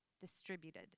distributed